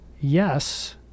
yes